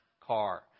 car